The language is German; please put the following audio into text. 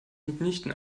mitnichten